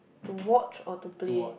to watch or to play